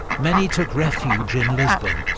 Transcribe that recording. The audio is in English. many took refuge in lisbon,